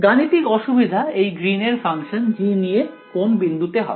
গাণিতিক অসুবিধা এই গ্রীন এর ফাংশন G নিয়ে কোন বিন্দুতে হবে